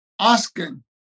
asking